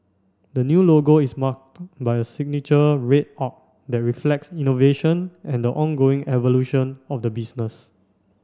the new logo is marked by a signature red arc that reflects innovation and the ongoing evolution of the business